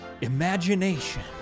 imagination